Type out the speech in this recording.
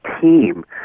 team